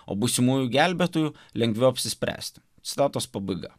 o būsimųjų gelbėtojų lengviau apsispręsti citatos pabaiga